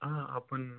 हां आपण